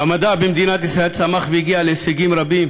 המדע במדינת ישראל צמח והגיע להישגים רבים